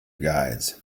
guides